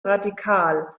radikal